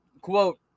Quote